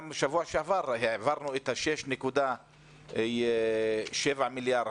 גם בשבוע שעבר העברנו את ה-6.7 מיליארד שקלים,